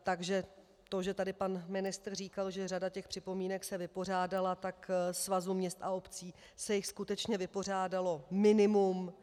Takže to, že tady pan ministr říkal, že řada těch připomínek se vypořádala, tak Svazu měst a obcí se jich skutečně vypořádalo minimum.